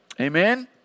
Amen